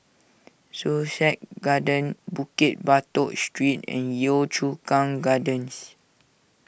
Sussex Garden Bukit Batok Street and Yio Chu Kang Gardens